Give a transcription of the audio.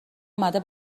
اومده